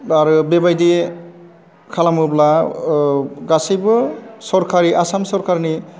आरो बेबायदि खालामोब्ला गासैबो सरकारि आसाम सरकारिनि